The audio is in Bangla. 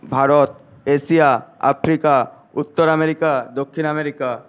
ভারত এশিয়া আফ্রিকা উত্তর আমেরিকা দক্ষিণ আমেরিকা